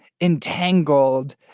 entangled